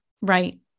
Right